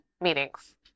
meetings